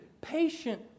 patient